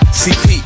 cp